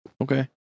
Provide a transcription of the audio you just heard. Okay